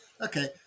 Okay